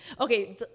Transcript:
Okay